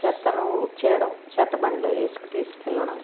చెత్తను ఊడ్చేయడం చెత్త బండిలో వేసుకు తీసుకెళ్ళడం